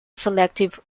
selective